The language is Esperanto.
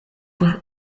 por